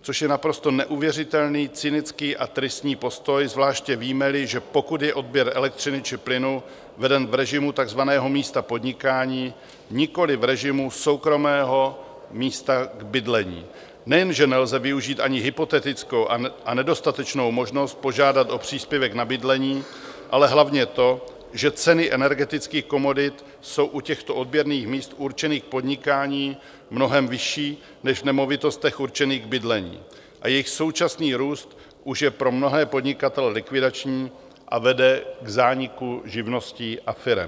což je naprosto neuvěřitelný, cynický a tristní postoj, zvláště vímeli, že pokud je odběr elektřiny či plynu veden v režimu takzvaného místa podnikání, nikoliv v režimu soukromého místa k bydlení, nejenže nelze využít ani hypotetickou a nedostatečnou možnost požádat o příspěvek na bydlení, ale hlavně to, že ceny energetických komodit jsou u těchto odběrných míst určených k podnikání mnohem vyšší než nemovitostech určených k bydlení a jejich současný růst už je pro mnohé podnikatele likvidační a vede k zániku živností, firem.